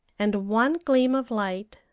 and one gleam of light,